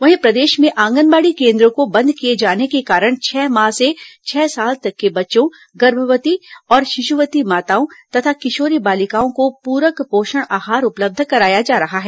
वहीं प्रदेश में आंगनबाड़ी कोन्द्रों को बंद किए जाने के कारण छह माह से छह साल तक के बच्चों गर्भवती और शिशुवती माताओं तथा किशोरी बालिकाओं को पूरक पोषण आहार उपलब्ध कराया जा रहा है